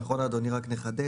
נכון אדוני, רק נחדד.